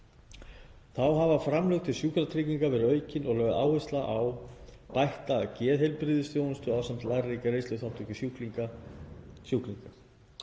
Þá hafa framlög til sjúkratrygginga verið aukin og lögð áhersla á bætta geðheilbrigðisþjónustu ásamt lægri greiðsluþátttöku sjúklinga.